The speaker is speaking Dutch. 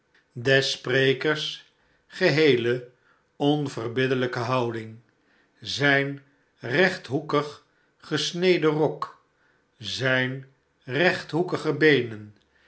des sprekers geheele onverbiddelijke houding zijn rechthoekig gesneden rok zijn rechthoekige beenen